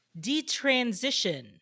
Detransition